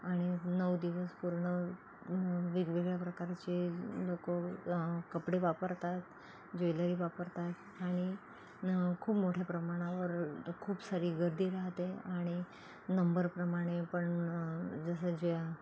आणि नऊ दिवस पूर्ण वेगवेगळ्या प्रकारचे लोकं कपडे वापरतात ज्वेलरी वापरतात आणि खूप मोठ्या प्रमाणावर खूप सारी गर्दी राहते आणि नंबरप्रमाणे पण जसं जे